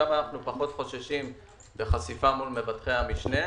שם אנו פחות חוששים מחשיפה מול מבטחי המשנה,